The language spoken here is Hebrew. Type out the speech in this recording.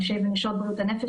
אנשי ונשות בריאות הנפש,